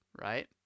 right